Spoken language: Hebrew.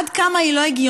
עד כמה היא לא הגיונית,